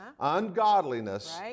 ungodliness